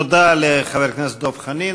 תודה לחבר הכנסת דב חנין.